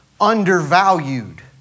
undervalued